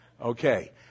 Okay